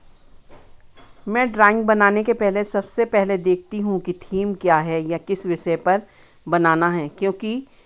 मैं ड्राइंग बनाने के पहले सबसे पहले देखती हूँ कि थीम क्या है या किस विषय पर बनाना है क्योंकि